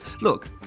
Look